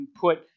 put